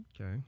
okay